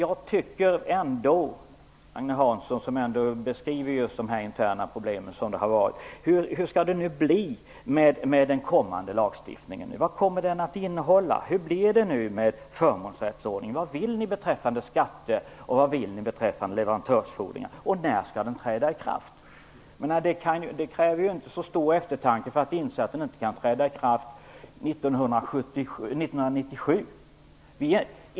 Agne Hansson beskriver vilka interna problem som fanns. Men hur skall det nu bli med den kommande lagstiftningen? Vad kommer den att innehålla? Hur blir det med förmånsrättsordningen? Vad vill ni beträffande skatter och leverantörsfordringar? Och när skall den träda i kraft? Det kräver inte särskilt stor eftertanke för att man skall inse att den inte kan träda i kraft 1997.